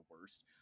worst